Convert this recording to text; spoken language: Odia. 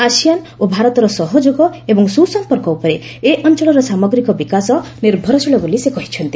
ଆସିଆନ୍ ଓ ଭାରତର ସହଯୋଗ ଏବଂ ସୁସମ୍ପର୍କ ଉପରେ ଏ ଅଞ୍ଚଳର ସାମଗ୍ରୀକ ବିକାଶ ନିର୍ଭରଶୀଳ ବୋଲି ସେ କହିଚ୍ଚନ୍ତି